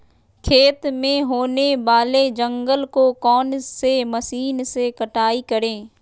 खेत में होने वाले जंगल को कौन से मशीन से कटाई करें?